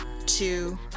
two